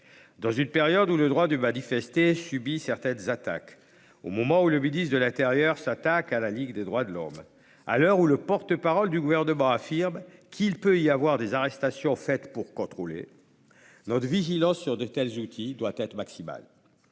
Dans une période où le droit de manifester subit certaines attaques, au moment où le ministre de l'intérieur s'en prend à la Ligue des droits de l'homme, à l'heure où le porte-parole du Gouvernement affirme « qu'il peut y avoir des arrestations faites pour contrôler », notre vigilance sur de tels outils doit être maximale.